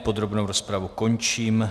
Podrobnou rozpravu končím.